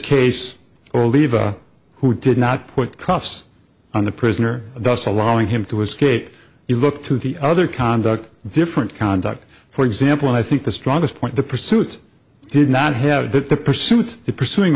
case or leave who did not put cuffs on the prisoner thus allowing him to escape you look to the other conduct different conduct for example i think the strongest point the pursuit did not have that the pursuit the pursuing